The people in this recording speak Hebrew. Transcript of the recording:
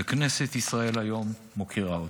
והיום כנסת ישראל מוקירה אותם.